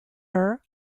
her